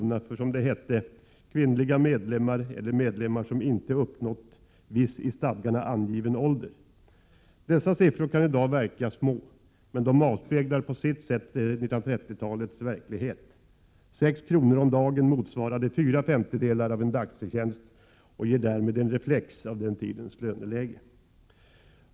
för, som det hette, ”kvinnliga medlemmar eller medlemmar som inte uppnått viss i stadgarna angiven ålder”. Dessa siffror kan i dag verka små men de avspeglar på sitt sätt 1930-talets verklighet. 6 kr. om dagen motsvarade fyra femtedelar av en dagsförtjänst och ger därmed en reflex av den tidens löneläge.